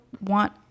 want